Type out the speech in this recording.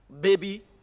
baby